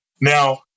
Now